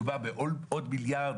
מדובר בעוד מיליארד,